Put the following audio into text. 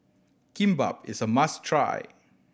kimbap is a must try